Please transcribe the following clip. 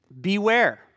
Beware